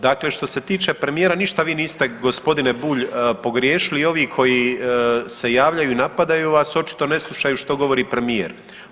Ovaj, dakle što se tiče premijera ništa vi niste g. Bulj pogriješili i ovi koji se javljaju i napadaju vas očito ne slušaju što govori premijer.